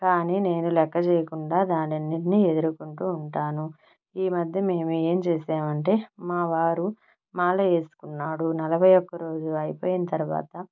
కానీ నేను లెక్క చేయకుండా దాని అన్నిటినీ ఎదురుకుంటూ ఉంటాను ఈ మధ్య మేము ఏం చేశామంటే మా వారు మాల వేసుకున్నాడు నలభై ఒక్కరోజు అయిపోయిన తర్వాత